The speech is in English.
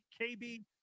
KB